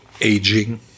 aging